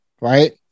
Right